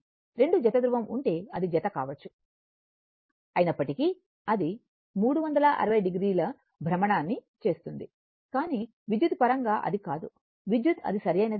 2 జత ధృవం ఉంటే అది జత కావచ్చు అయినప్పటికీ అది 360 డిగ్రీల భ్రమణాన్ని చేస్తుంది కాని విద్యుత్తు పరంగా అది కాదు విద్యుత్తు అది సరైనది కాదు